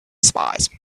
spies